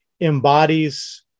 embodies